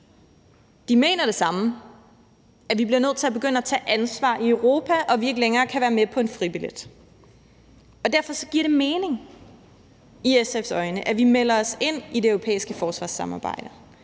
så mener de det samme: at vi bliver nødt til at begynde at tage ansvar i Europa og ikke længere kan være med på en fribillet. Derfor giver det mening i SF's øjne, at vi melder os ind i det europæiske forsvarssamarbejde